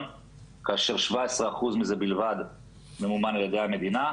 כאשר 17% מזה בלבד ממומן על ידי המדינה,